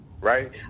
right